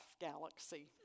galaxy